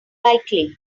likely